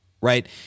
right